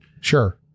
Sure